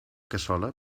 cassola